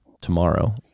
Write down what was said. tomorrow